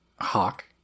Hawk